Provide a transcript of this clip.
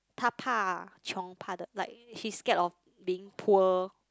她怕穷怕得 like she scared of being poor